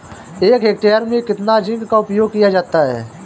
एक हेक्टेयर में कितना जिंक का उपयोग किया जाता है?